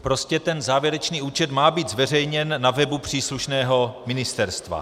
Prostě ten závěrečný účet má být zveřejněn na webu příslušného ministerstva.